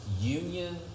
Union